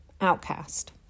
outcast